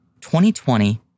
2020